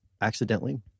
accidentally